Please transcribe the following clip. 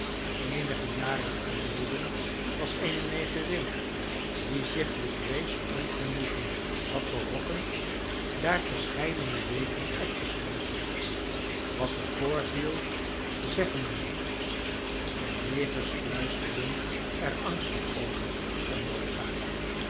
eenige jaren geleden was eene negerin die zich legree's ongenoegen had berokkend daar verscheidene weken opgesloten wat er voorviel zeggen we niet de negers fluisterden er angstig over onder elkander